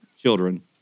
Children